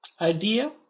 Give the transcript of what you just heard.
idea